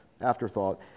afterthought